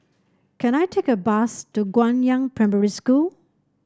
can I take a bus to Guangyang Primary School